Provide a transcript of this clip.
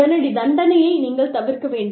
உடனடி தண்டனையை நீங்கள் தவிர்க்க வேண்டும்